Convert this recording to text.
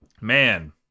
Man